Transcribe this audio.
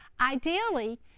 Ideally